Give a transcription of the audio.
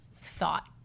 thought